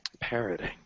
Parroting